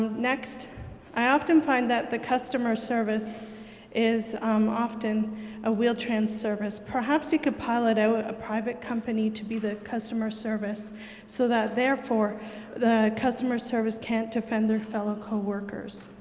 next i often find that the customer service is um often, a wheel-trans service. perhaps you could pilot out a private company to be the customer service so that therefore the customer service can't defend their fellow coworkers.